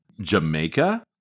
Jamaica